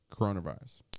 coronavirus